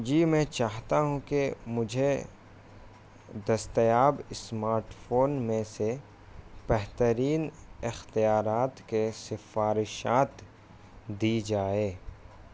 جی میں چاہتا ہوں کہ مجھے دستیاب اسمارٹ فون میں سے بہترین اختیارات کے سفارشات دی جائے